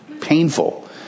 painful